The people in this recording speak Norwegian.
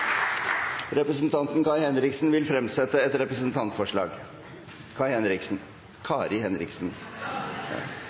Representanten Kai Henriksen vil fremsette et representantforslag – nei, representanten Kari Henriksen.